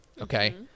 okay